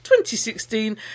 2016